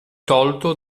tolto